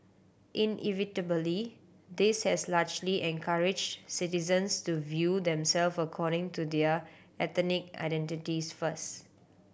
inevitably this has largely encourage citizens to view them self according to their ethnic identities first